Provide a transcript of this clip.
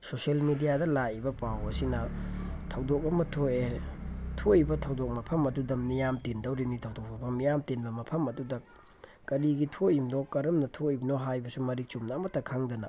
social ꯃꯦꯗꯤꯌꯥꯗ ꯂꯥꯛꯏꯕ ꯄꯥꯎ ꯑꯁꯤꯅ ꯊꯧꯗꯣꯛ ꯑꯃ ꯊꯣꯛꯑꯦ ꯊꯣꯛꯏꯕ ꯊꯧꯗꯣꯛ ꯃꯐꯝ ꯑꯗꯨꯗ ꯃꯤꯌꯥꯝ ꯇꯤꯟꯗꯧꯔꯤꯅꯤ ꯊꯧꯗꯣꯛ ꯊꯣꯛꯐꯝ ꯃꯤꯌꯥꯝ ꯇꯤꯟꯕ ꯃꯐꯝ ꯑꯗꯨꯗ ꯀꯔꯤꯒꯤ ꯊꯣꯛꯏꯕꯅꯣ ꯀꯔꯝꯅ ꯊꯣꯛꯏꯕꯅꯣ ꯍꯥꯏꯕꯁꯨ ꯃꯔꯤꯛ ꯆꯨꯝꯅ ꯑꯃꯠꯇ ꯈꯪꯗꯅ